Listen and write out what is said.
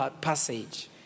passage